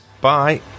bye